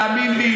תאמין לי,